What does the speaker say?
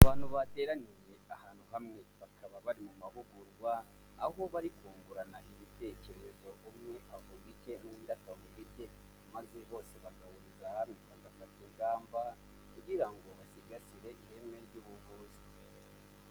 Abantu bateraniye ahantu hamwe bakaba bari mu mahugurwa, aho bari kungurana ibitekerezo umwe avuga icye n'undi akavuga icye maze bose bagahuriza hamwe bagafata ingamba; kugira ngo basigasire ireme ry'ubuvuzi.